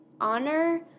Honor